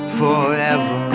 forever